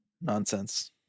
Nonsense